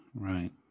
right